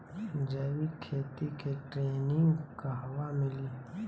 जैविक खेती के ट्रेनिग कहवा मिली?